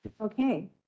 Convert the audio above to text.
Okay